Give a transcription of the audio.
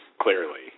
clearly